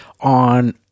on